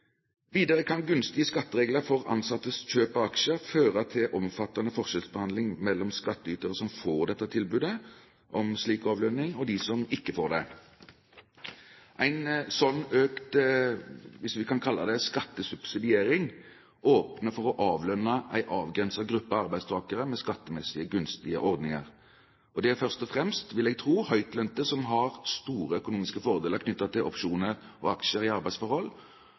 Videre kan gunstige skatteregler for ansattes kjøp av aksjer føre til omfattende forskjellsbehandling mellom skattytere som får tilbudet om en slik avlønning, og de som ikke får det. En slik økt skattesubsidiering – hvis vi kan kalle det det – åpner for å avlønne en avgrenset gruppe arbeidstakere med skattemessig gunstige ordninger. Det er først og fremst, vil jeg tro, høytlønte som har store økonomiske fordeler knyttet til opsjoner og aksjer i arbeidsforhold.